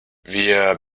wir